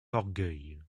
orgueil